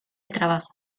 trabajo